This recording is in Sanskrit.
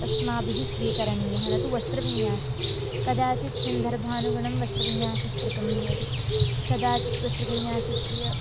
अस्माभिः स्वीकरणीयः न तु वस्त्रविन्यासः कदाचित् सन्दर्भानुगुणं वस्त्रविन्यासः कृतं भवति कदाचित् वस्त्रविन्यासस्य